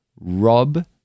rob